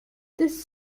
this